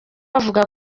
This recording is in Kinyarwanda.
avuga